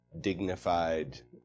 dignified